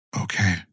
Okay